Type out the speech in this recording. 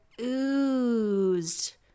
oozed